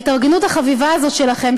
ההתארגנות החביבה הזאת שלכם,